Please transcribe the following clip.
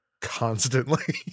Constantly